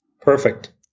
Perfect